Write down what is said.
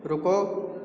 रुको